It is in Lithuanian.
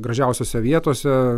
gražiausiose vietose